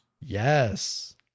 Yes